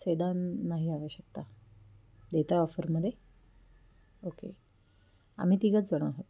sedan नाही आवश्यकता देताय ऑफरमध्ये ओके आम्ही तिघंचजणं आहोत